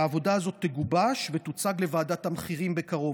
העבודה הזאת תגובש ותוצג לוועדת המחירים בקרוב.